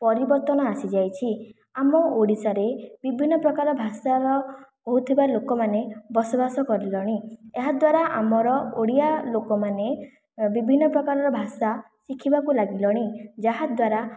ପରିବର୍ତ୍ତନ ଆସି ଯାଇଛି ଆମ ଓଡ଼ିଶାରେ ବିଭିନ୍ନ ପ୍ରକାର ଭାଷାର କହୁଥିବା ଲୋକମାନେ ବସବାସ କରିଲେଣି ଏହାଦ୍ୱାରା ଆମର ଓଡ଼ିଆ ଲୋକମାନେ ବିଭିନ୍ନ ପ୍ରକାର ଭାଷା ଶିଖିବାକୁ ଲାଗିଲେଣି ଯାହାଦ୍ୱାରା